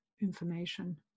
information